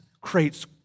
creates